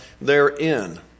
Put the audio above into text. therein